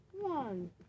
one